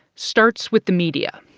starts with the media.